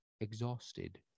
exhausted